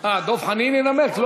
אה, דב חנין ינמק.